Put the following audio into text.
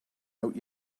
out